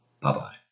Bye-bye